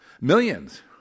Millions